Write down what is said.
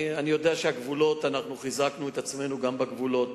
אני יודע שאנחנו חיזקנו את עצמנו גם בגבולות,